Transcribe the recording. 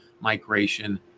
migration